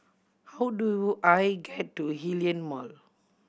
how do I get to Hillion Mall